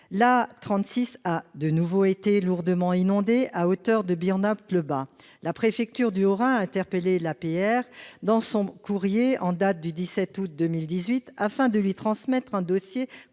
l'A36 a de nouveau été lourdement inondée à hauteur de Burnhaupt-le-Bas. La préfecture du Haut-Rhin a interpellé APRR, dans un courrier en date du 17 août 2018, pour que l'entreprise lui transmette un dossier